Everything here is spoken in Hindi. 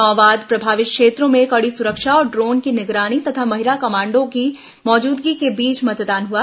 माओवाद प्रभावित क्षेत्रों में कड़ी सुरक्षा और ड्रोन की निगरानी तथा महिला कमांडों की मौजूदगी के बीच मतदान हुआ